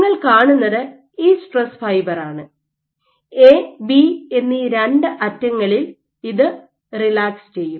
നിങ്ങൾ കാണുന്നത് ഈ സ്ട്രെസ് ഫൈബറാണ് എ ബി എന്നീ രണ്ട് അറ്റങ്ങളിൽ ഇത് റിലാക്സ് ചെയ്യും